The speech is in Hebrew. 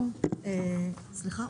הרוקחים?